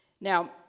Now